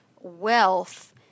Wealth